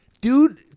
dude